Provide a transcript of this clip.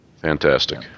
fantastic